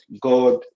god